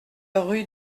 rue